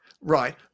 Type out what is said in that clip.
right